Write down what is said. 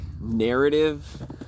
narrative